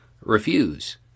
refuse